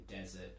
Desert